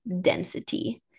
density